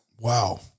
Wow